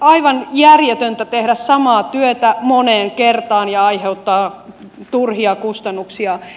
aivan järjetöntä tehdä samaa työtä moneen kertaan ja aiheuttaa turhia kustannuksia